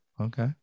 Okay